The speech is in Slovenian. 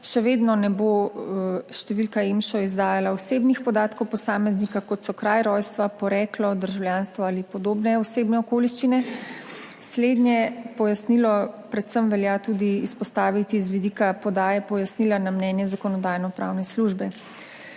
še vedno ne bo številka EMŠO izdajala osebnih podatkov posameznika, kot so kraj rojstva, poreklo, državljanstvo ali podobne osebne okoliščine. Slednje pojasnilo predvsem velja izpostaviti tudi z vidika podaje pojasnila na mnenje Zakonodajno-pravne službe.